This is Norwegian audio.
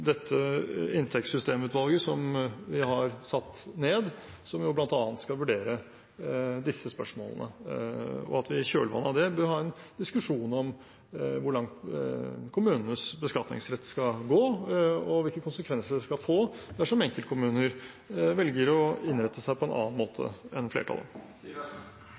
dette inntektssystemutvalget vi har satt ned, som bl.a. skal vurdere disse spørsmålene, og at vi i kjølvannet av det bør ha en diskusjon om hvor langt kommunenes beskatningsrett skal gå, og hvilke konsekvenser det skal få dersom enkeltkommuner velger å innrette seg på en annen måte enn flertallet.